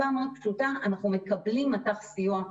המאוד פשוטה: אנחנו מקבלים מט"ח סיוע,